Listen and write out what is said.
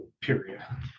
Period